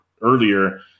earlier